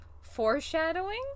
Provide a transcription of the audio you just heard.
foreshadowing